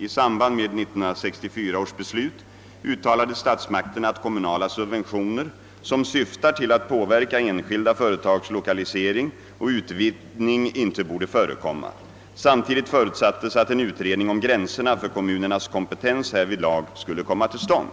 I samband med 1964 års beslut uttalade statsmakterna att kommunala subventioner som syftar till att påverka enskilda företags lokalisering och utvidgning inte borde förekomma. Samtidigt förutsattes att en utredning om gränserna för kommunernas kompetens härvidlag skulle komma till stånd.